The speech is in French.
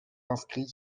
inscrits